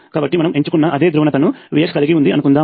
కాబట్టి మనము ఎంచుకున్న అదే ధ్రువణతను Vx కలిగి ఉంది అనుకుందాం